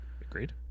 Agreed